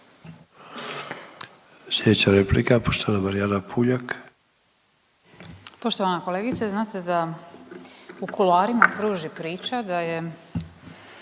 Slijedeća replika, poštovana Marijana Puljak.